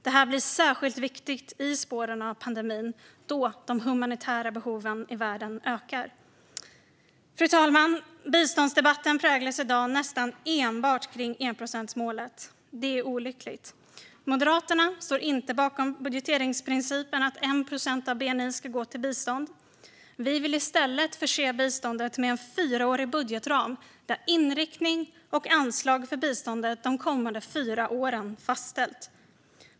Detta blir särskilt viktigt i spåren av pandemin då de humanitära behoven i världen ökar. Fru talman! Biståndsdebatten präglas i dag nästan enbart av enprocentsmålet. Det är olyckligt. Moderaterna står inte bakom budgeteringsprincipen att 1 procent av bni ska gå till bistånd. Vi vill i stället förse biståndet med en fyraårig budgetram där inriktning och anslag för biståndet de kommande fyra åren fastställs.